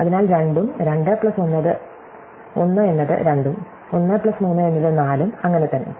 അതിനാൽ 2 ഉം 2 പ്ലസ് 1 എന്നത് 2 ഉം 1 പ്ലസ് 3 എന്നത് 4 ഉം അങ്ങനെ തന്നെ